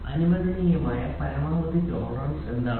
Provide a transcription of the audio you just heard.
അനുവദനീയമായ പരമാവധി ടോളറൻസ് എന്താണ്